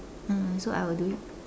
uh so I will do it